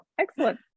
Excellent